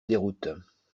déroute